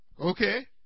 okay